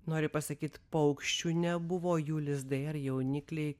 noriu pasakyt paukščių nebuvo jų lizdai ar jaunikliai